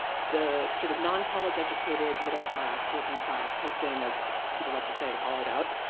the sort of non-college-educated middle class, working class, has been, as people like to say, hollowed out,